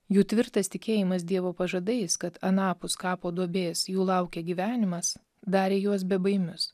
jų tvirtas tikėjimas dievo pažadais kad anapus kapo duobės jų laukia gyvenimas darė juos bebaimius